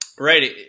Right